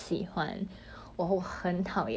ya same same mm